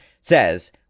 says